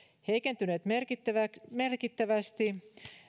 heikentyneet merkittävästi